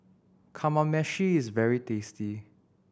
kamameshi is very tasty